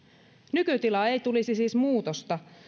nykytilaan ei siis tulisi muutosta